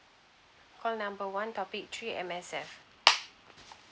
call number one topic three M_S_F